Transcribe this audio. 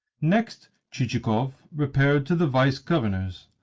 next, chichikov repaired to the vice-governor's,